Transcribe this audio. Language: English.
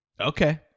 Okay